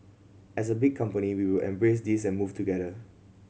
as a big company we will embrace this and move together